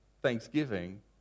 thanksgiving